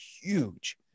huge